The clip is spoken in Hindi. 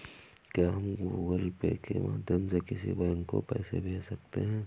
क्या हम गूगल पे के माध्यम से किसी बैंक को पैसे भेज सकते हैं?